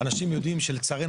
אנשים יודעים שלצערנו,